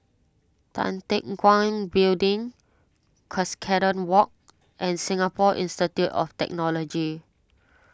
Tan Teck Guan Building Cuscaden Walk and Singapore Institute of Technology